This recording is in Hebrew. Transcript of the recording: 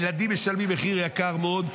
הילדים משלמים מחיר יקר מאוד,